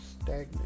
stagnant